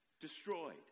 destroyed